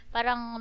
Parang